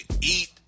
eat